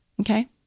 Okay